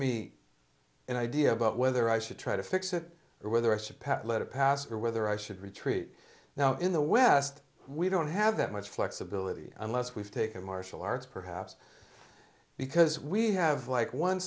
me an idea about whether i should try to fix it or whether i should pat let it pass or whether i should retreat now in the west we don't have that much flexibility unless we've taken martial arts perhaps because we have like one